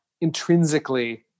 intrinsically